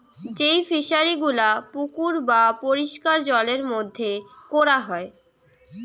যেই ফিশারি গুলা পুকুর বা পরিষ্কার জলের মধ্যে কোরা হয়